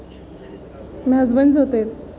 مےٚ حظ ؤنۍ زیو تیٚلہِ